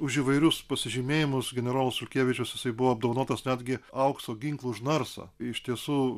už įvairius pasižymėjimus generolas sulkevičius jisai buvo apdovanotas netgi aukso ginklu už narsą iš tiesų